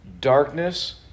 darkness